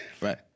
Right